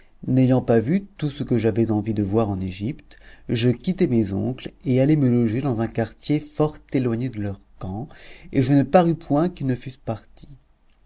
n'ayant pas vu tout ce que j'avais envie de voir en égypte je quittai mes oncles et allai me loger dans un quartier fort éloigné de leur khan et je ne parus point qu'ils ne fussent partis